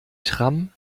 tram